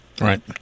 Right